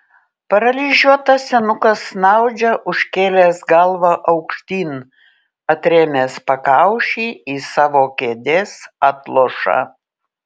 paralyžiuotas senukas snaudžia užkėlęs galvą aukštyn atrėmęs pakauši į savo kėdės atlošą